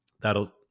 that'll